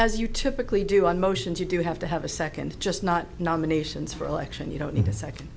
as you typically do on motions you do have to have a second just not nominations for election you don't need a second